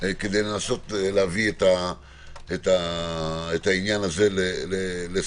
כדי לנסות להביא את העניין הזה לסיומו.